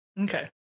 Okay